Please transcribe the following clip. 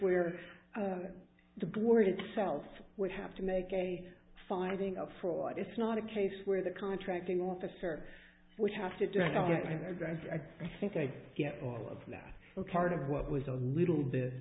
where the board itself would have to make a finding of fraud it's not a case where the contracting officer would have to address i think i get all of that card of what was a little bit